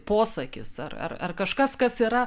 posakis ar ar kažkas kas yra